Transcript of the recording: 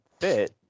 fit